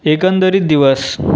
एकंदरीत दिवस